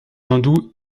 hindous